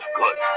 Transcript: good